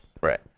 Right